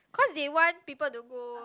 cause they want people to go